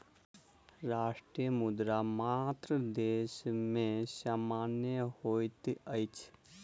राष्ट्रीय मुद्रा मात्र देश में मान्य होइत अछि